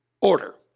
order